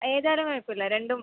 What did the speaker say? ഏത് ആയാലും കുഴപ്പം ഇല്ല രണ്ടും